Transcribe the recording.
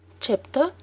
Chapter